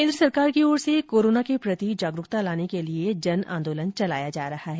केन्द्र सरकार की ओर से कोरोना के प्रति जागरूकता लाने के लिए जन आंदोलन चलाया जा रहा है